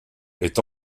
est